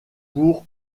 pour